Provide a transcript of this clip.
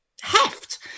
heft